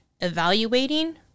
evaluating